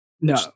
no